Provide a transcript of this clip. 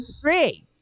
three